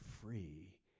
free